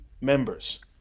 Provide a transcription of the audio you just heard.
members